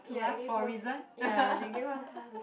ya give birth ya they give birth